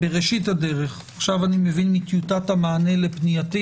בראשית הדרך ועכשיו אני מבין מטיוטת המענה לפנייתי